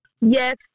Yes